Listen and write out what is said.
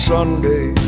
Sunday